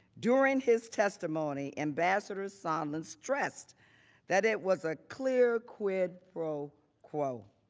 during his testimony, ambassador sondland stressed that it was a clear quid pro quo.